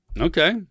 Okay